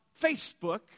Facebook